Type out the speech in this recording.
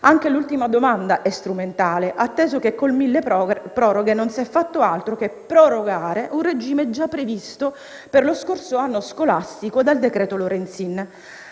Anche l'ultima domanda è strumentale, atteso che con il decreto-legge milleproroghe non si è fatto altro che prorogare un regime già previsto per lo scorso anno scolastico dal decreto-legge Lorenzin.